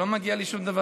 לא מגיע לי שום דבר.